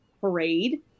parade